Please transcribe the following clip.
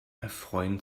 erfreuen